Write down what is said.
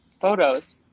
photos